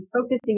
focusing